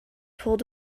pulled